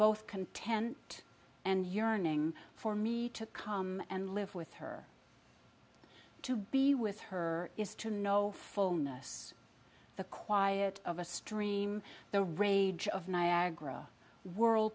both content and yearning for me to come and live with her to be with her is to know fullness the quiet of a stream the rage of niagara